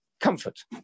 comfort